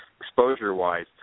exposure-wise